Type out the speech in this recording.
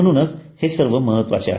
म्हणूनच हे सर्व महत्त्वाचे आहेत